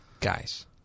Guys